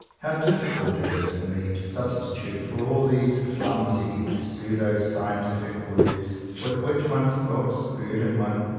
how difficult it is for me to substitute for all these clumsy pseudo-scientific words, with which one's books burden one,